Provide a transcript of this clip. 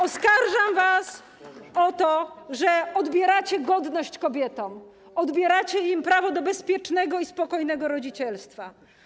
Oskarżam was o to, że odbieracie godność kobietom, odbieracie im prawo do bezpiecznego i spokojnego rodzicielstwa.